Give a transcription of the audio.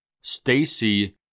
Stacy